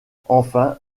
enfin